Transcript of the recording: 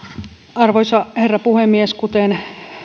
arvoisa herra puhemies kuten